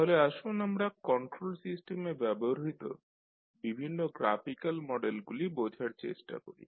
তাহলে আসুন আমরা কন্ট্রোল সিস্টেমে ব্যবহৃত বিভিন্ন গ্রাফিকাল মডেলগুলি বোঝার চেষ্টা করি